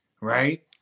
right